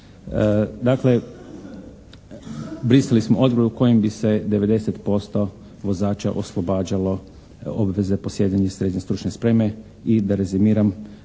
Dakle, brisali smo odredbu kojom bi se 90% vozača oslobađalo obveze posjedovanje srednje stručne spreme i da rezimiram